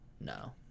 No